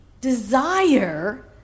desire